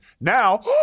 Now